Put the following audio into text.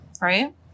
right